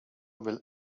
will